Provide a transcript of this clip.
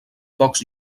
pocs